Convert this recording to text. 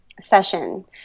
session